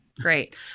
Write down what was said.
great